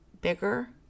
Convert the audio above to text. Bigger